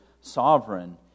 sovereign